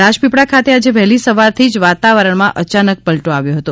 રાજપીપળા ખાતે આજે વહેલી સવારથી જ વાતાવરણમાં અચાનક પલટો આવ્યો હતો